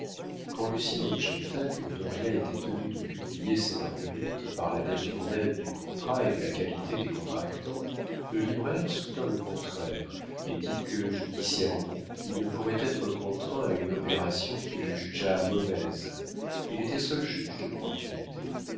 quand lucien objecta que dauriat était tenu de publier ses marguerites par la nature même du contrat et de la qualité des contractants le libraire soutint le contraire et dit que judiciairement il ne pourrait être contraint à une opération qu'il jugeait mauvaise il était seul juge de l'opportunité